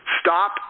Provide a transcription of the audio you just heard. Stop